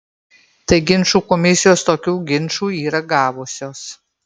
tai ginčų komisijos tokių ginčų yra gavusios